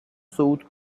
صعود